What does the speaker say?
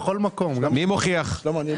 מי מנמק?